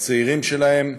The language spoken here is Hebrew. לצעירים שלהם,